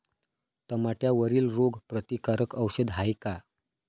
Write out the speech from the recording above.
टमाट्यावरील रोग प्रतीकारक औषध हाये का?